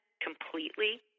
completely